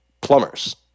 plumbers